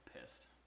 pissed